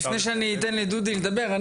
לפני שאני אתן לדודי לדבר,